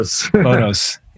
Photos